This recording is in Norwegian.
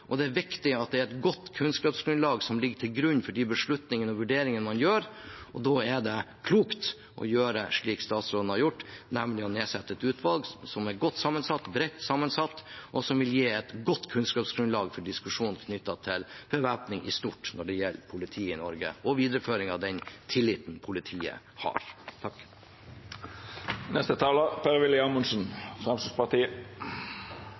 Det er viktig at det er et godt kunnskapsgrunnlag som ligger til grunn for de beslutningene og vurderingene man gjør. Da er det klokt å gjøre slik statsråden har gjort, nemlig å nedsette et utvalg som er godt og bredt sammensatt, og som vil gi et godt kunnskapsgrunnlag for diskusjon knyttet til bevæpning i stort når det gjelder politiet i Norge og videreføring av den tilliten politiet har. Det er vanskelig å forstå hva forrige taler